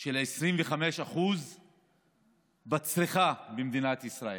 של 25% בצריכה במדינת ישראל.